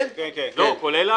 ההצעה התקבלה.